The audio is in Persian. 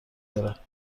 دارد